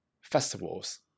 festivals